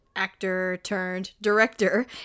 actor-turned-director